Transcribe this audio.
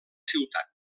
ciutat